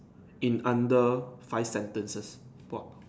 in under five sentences !wah!